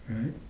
right